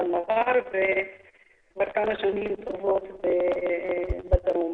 מראר וכבר כמה שנים טובות בת הדרום.